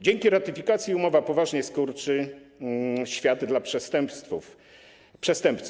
Dzięki ratyfikacji umowy poważnie skurczy się świat dla przestępców.